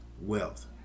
Wealth